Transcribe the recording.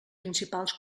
principals